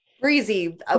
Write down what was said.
Breezy